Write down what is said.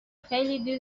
خیلی